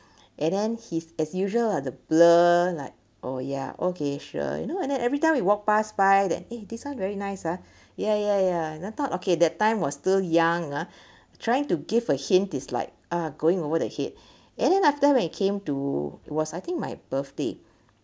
and then he's as usual lah the blur like oh ya okay sure you know and then every time we walk past by that eh this one very nice ah ya ya ya and then I thought okay that time was still young ah trying to give a hint is like ah going over the head and then after when it came to it was I think my birthday